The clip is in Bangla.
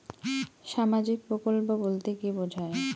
সামাজিক প্রকল্প বলতে কি বোঝায়?